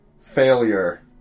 failure